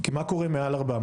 כי מה קורה מעל 400?